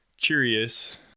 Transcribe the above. curious